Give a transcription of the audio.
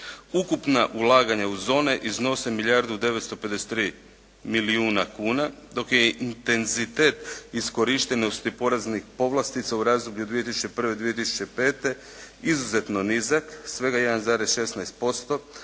Ukupna ulaganja u zone iznose milijardu 953 milijuna kuna, dok je intenzitet iskorištenosti poreznih povlastica u razdoblju 2001., 2005. izuzetno nizak, svega 1,16%,